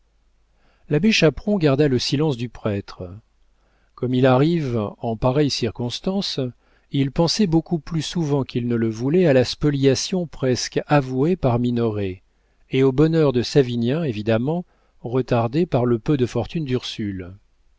l'abbé chaperon garda le silence du prêtre comme il arrive en pareille circonstance il pensait beaucoup plus souvent qu'il ne le voulait à la spoliation presque avouée par minoret et au bonheur de savinien évidemment retardé par le peu de fortune d'ursule